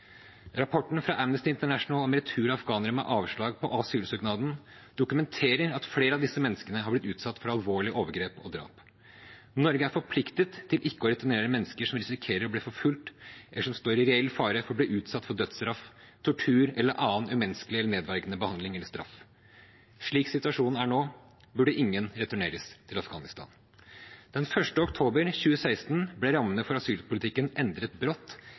fra Amnesty International om retur av afghanere med avslag på asylsøknaden dokumenterer at flere av disse menneskene har blitt utsatt for alvorlige overgrep og drap. Norge er forpliktet til ikke å returnere mennesker som risikerer å bli forfulgt, eller som står i reell fare for å bli utsatt for dødsstraff, tortur eller annen umenneskelig eller nedverdigende behandling eller straff. Slik situasjonen er nå, burde ingen returneres til Afghanistan. Den 1. oktober 2016 ble rammene for asylpolitikken endret